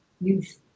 youth